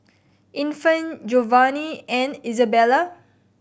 Infant Jovanni and Isabela